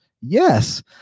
Yes